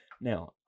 Now